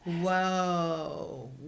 whoa